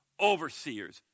overseers